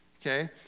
Okay